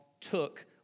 took